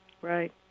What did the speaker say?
Right